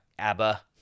ABBA